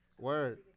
word